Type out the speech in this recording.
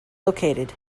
located